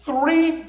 Three